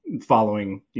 following